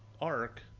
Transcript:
arc